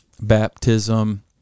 Baptism